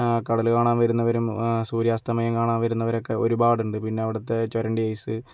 കടല് കാണാൻ വരുന്നവരും സൂര്യാസ്തമയം കാണാൻ വരുന്നവരൊക്കെ ഒരു പാടുണ്ട് പിന്നെ അവിടത്തെ ചൊരണ്ടി ഐസ്